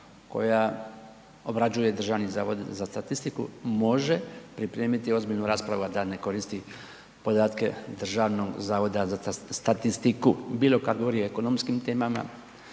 koja obrađuje Državni zavod za statistiku može pripremiti ozbiljnu raspravu a da ne koristi podatke Državnog zavoda za statistiku, bilo kad govori o ekonomskim temama,